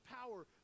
power